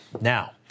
Now